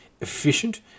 efficient